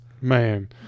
Man